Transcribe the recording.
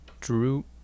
Drew